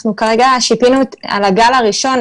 כרגע אנחנו שיפינו על הגל הראשון,